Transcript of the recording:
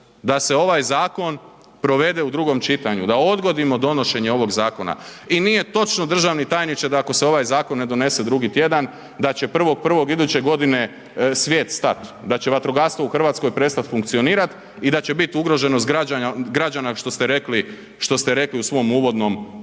da se ovaj zakon provede u drugom čitanju, da odgodimo donošenje ovog zakona i nije točno državni tajniče da ako se ovaj zakon ne donese drugi tjedan da će 1.1. iduće godine svijet stati, da će vatrogastvo u Hrvatskoj prestat funkcionirat i da će biti ugroženost građana što ste rekli, što ste rekli u